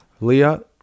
leah